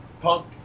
punk